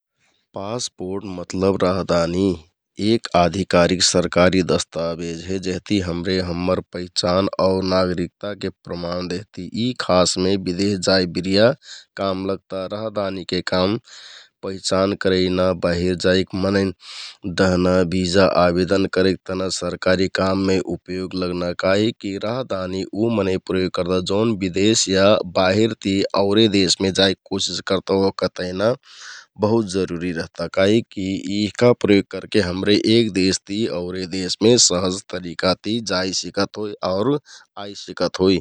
पास पोर्ट मतलब राहदानि एक आधिकारिक सरकारि दस्ताबेज हे जेहति हमरे हम्मर पहिचान आउ नागरिकताके प्रमाण देहति । यि खासमे बिदेश जाइ बिरिया काम लगता राहदानिके काम पहिचान करैना, बाहिर जाइक मनैंन लहना भिजा आबेदन करेक तहना दहना सरकारि काममे उपयोग लगता काहिककि उ मनैं प्रयोग करता जौन बिदेश या बाहिर ति औरे देशमे जाइक कोसिस करता ओहका तहना बहुत जरुरि रहता । काहिकि यिहका प्रयोग करके हमरे एक देशति औरे देशमे सहज तरिकाति जाइ सिकत होइ आउर आइ सिकत होइ ।